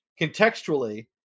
contextually